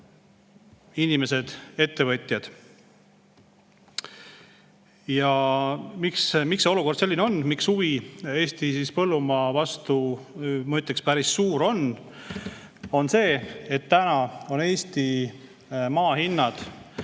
inimesed ja ettevõtjad. Ja miks see olukord selline on? Miks on huvi Eesti põllumaa vastu, ma ütleksin, päris suur, on see, et täna on Eesti maa hinnad